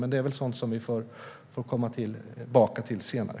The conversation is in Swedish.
Men det är väl sådant som vi får komma tillbaka till senare.